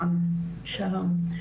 שלום.